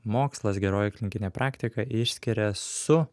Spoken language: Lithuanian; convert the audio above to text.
mokslas geroji klinikinė praktika išskiria su